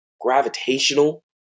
gravitational